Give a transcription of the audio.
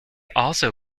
also